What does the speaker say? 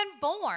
born